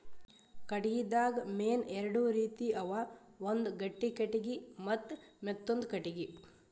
ಕಟ್ಟಿಗಿದಾಗ್ ಮೇನ್ ಎರಡು ರೀತಿ ಅವ ಒಂದ್ ಗಟ್ಟಿ ಕಟ್ಟಿಗಿ ಮತ್ತ್ ಮೆತ್ತಾಂದು ಕಟ್ಟಿಗಿ